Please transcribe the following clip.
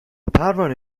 پروانه